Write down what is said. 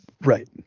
Right